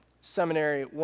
seminary